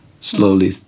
slowly